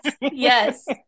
Yes